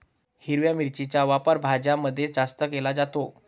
हिरव्या मिरचीचा वापर भाज्यांमध्ये जास्त केला जातो